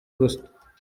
gusa